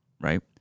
Right